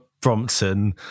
Brompton